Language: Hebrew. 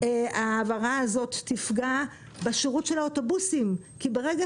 ההעברה הזאת תפגע בשירות של האוטובוסים כי ברגע